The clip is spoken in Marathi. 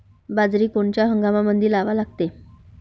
बाजरी कोनच्या हंगामामंदी लावा लागते?